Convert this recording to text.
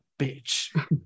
bitch